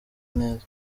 neza